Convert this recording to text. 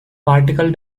particle